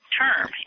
term